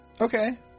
Okay